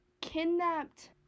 kidnapped